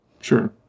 Sure